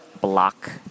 Block